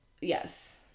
Yes